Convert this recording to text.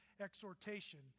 exhortation